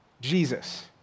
Jesus